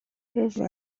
rev